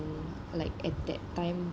like at that time